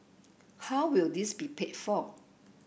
how will this be paid for